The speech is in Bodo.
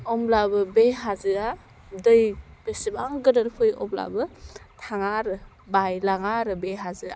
होमब्लाबो बे हाजोआ दै बेसेबां गोदोर फै अब्लाबो थाङा आरो बायलाङा आरो बे हाजोआ